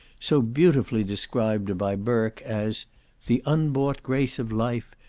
so beautifully described by burke as the unbought grace of life,